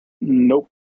nope